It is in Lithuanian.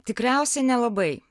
tikriausiai nelabai